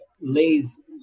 lay's